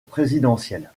présidentielle